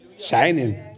shining